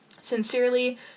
Sincerely